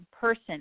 person